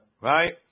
Right